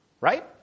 Right